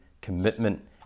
commitment